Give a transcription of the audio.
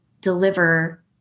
deliver